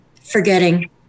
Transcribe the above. forgetting